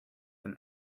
than